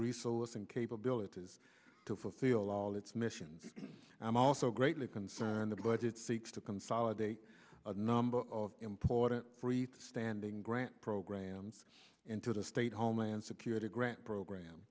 resource and capabilities to fulfill all its missions i am also greatly concerned about it seeks to consolidate a number of important free standing grant programs into the state homeland security grant program